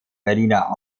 berliner